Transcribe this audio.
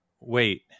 wait